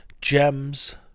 gems